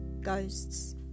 ghosts